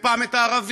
ופעם את הערבים,